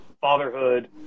fatherhood